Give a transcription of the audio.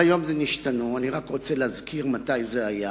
והיום נשתנו, אני רק רוצה להזכיר מתי זה היה.